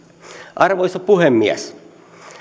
arvoisa puhemies